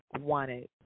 wanted